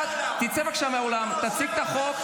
אתה מדבר שטויות ואתה עוד תוקף אותי.